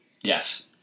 Yes